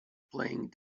playing